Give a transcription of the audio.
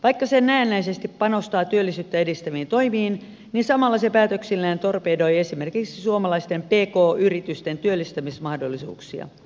vaikka se näennäisesti panostaa työllisyyttä edistäviin toimiin niin samalla se päätöksillään torpedoi esimerkiksi suomalaisten pk yritysten työllistämismahdollisuuksia